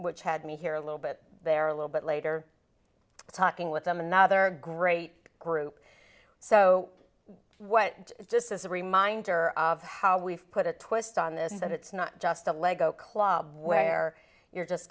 which had me here a little bit there a little bit later talking with them another great group so what just as a reminder of how we've put a twist on this is that it's not just a lego club where you're just